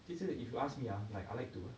其实 if you ask me ah like I like to